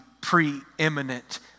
preeminent